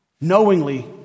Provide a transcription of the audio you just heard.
Knowingly